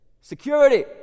security